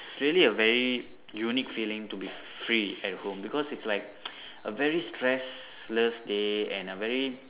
really a very unique feeling to be free at home because its like a very stress less day and a very